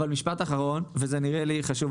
אבל משפט אחרון וזה נראה לי חשוב,